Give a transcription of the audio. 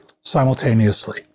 simultaneously